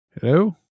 Hello